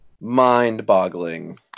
mind-boggling